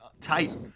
tight